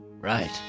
right